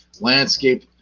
landscape